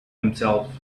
himself